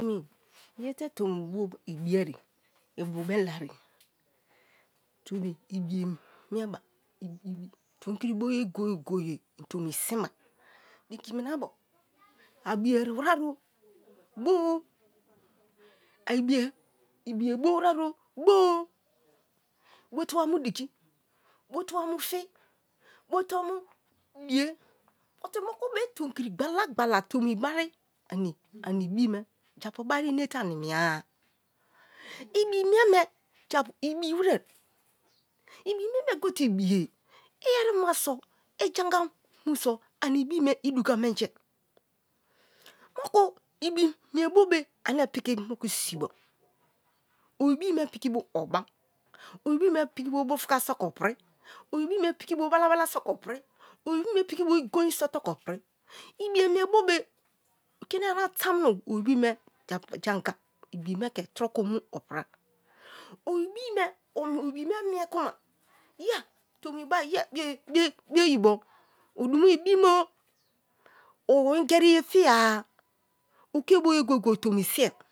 ye te tomi bu ibia re i bube vaire tomi ibiye mieba tomi ibiye mieba tomkri boye goye goye intomi sinba diki iminabo aibiye eri wirero be ibiye bo wirero boo bote wa mu didi bote wa mu fi bote wa amu digi bote wa mu fi bote wa mu diye buy moku be tomkri gbalagbala tomi bari ani ani ibi me japu bari inte ani mie a ibi mie me ibi wite ibi mieme gote ibiye iyeri maso ijanga mu so ani ibi idunga menji moku ibi mei bo be ane piki moke sibo osibo me piki bo oba, ibi me piki bo bufuka so ke opri obi me piki bo bala bala so ke opri o ibi me piki bo igori so so te ke opri ibiye meibo be kini yana tanuno o ibi me ke to ko unu oprai o obi me, o ibi me mie kuna ya tomi bai ya bie bioyibo odumo ibimo o ingeri ye fiya oke bo ye goye goye o tomi sinye.